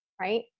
right